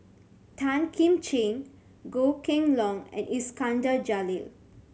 Tan Kim Ching Goh Kheng Long and Iskandar Jalil